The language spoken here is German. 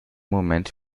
moment